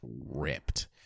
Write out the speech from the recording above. ripped